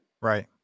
right